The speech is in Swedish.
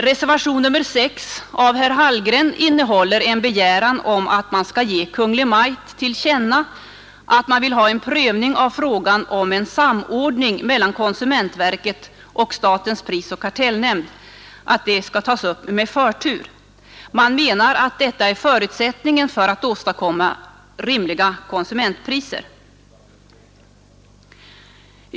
Reservationen 6 av herr Hallgren innehåller en begäran om att riksdagen skall ge Kungl. Maj:t till känna att en prövning av frågan om en samordning mellan konsumentverket och statens prisoch kartellnämnd skall tas upp med förtur. Man menar att detta är förutsättningen för att åstadkomma rimliga konsumentpriser.